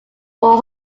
four